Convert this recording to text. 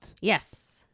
Yes